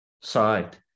side